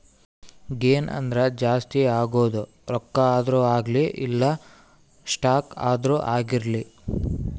gain ಅಂದ್ರ ಜಾಸ್ತಿ ಆಗೋದು ರೊಕ್ಕ ಆದ್ರೂ ಅಗ್ಲಿ ಇಲ್ಲ ಸ್ಟಾಕ್ ಆದ್ರೂ ಆಗಿರ್ಲಿ